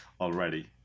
already